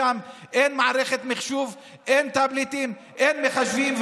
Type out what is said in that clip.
שם אין מערכת מחשוב, אין טאבלטים, אין מחשבים.